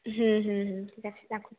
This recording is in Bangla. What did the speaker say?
হুম হুম হুম ঠিক আছে রাখুন